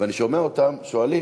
ואני שומע אותם שואלים,